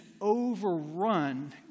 overrun